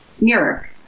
mirror